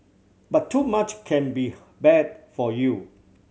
but too much can be bad for you